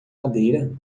madeira